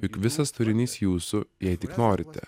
juk visas turinys jūsų jei tik norite